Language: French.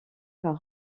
par